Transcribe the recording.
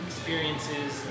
experiences